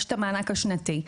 יש את המענק השנתי.